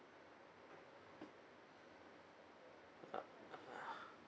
ah